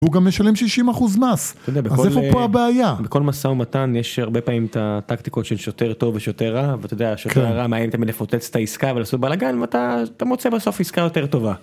הוא גם משלם 60 אחוז מס, אז איפה פה הבעיה? בכל מסע ומתן יש הרבה פעמים את הטקטיקות של שוטר טוב ושוטר רע, ואתה יודע, שוטר רע מאיים תמיד לפוצץ את העסקה ולעשות בלאגן, ואתה מוצא בסוף עסקה יותר טובה.